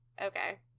okay